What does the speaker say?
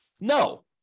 No